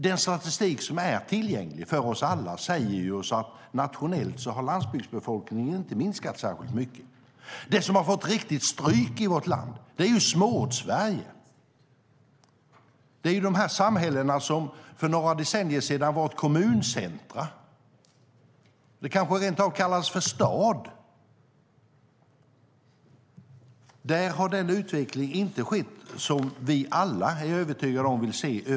Den statistik som är tillgänglig för oss alla visar att sett ur ett nationellt perspektiv har landsbygdsbefolkningen inte minskat särskilt mycket. Det som har tagit stryk i vårt land är Småortssverige. Det är de samhällen som för några decennier sedan var kommuncentrum och kanske rent av kallades för stad. Där har den utveckling inte skett som vi alla - det är jag övertygad om - vill se.